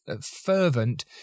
fervent